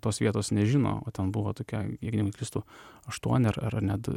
tos vietos nežino o ten buvo tokia jeigu neklystu aštuoni ar ar net